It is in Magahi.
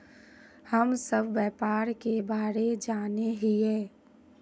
हम सब व्यापार के बारे जाने हिये?